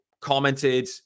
commented